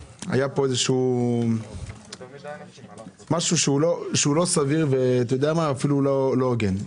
היה פה משהו שהוא לא סביר ואפילו לא הוגן.